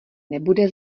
nebude